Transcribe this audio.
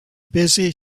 busy